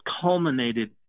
culminated